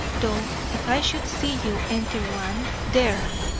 though if i should see you enter one there!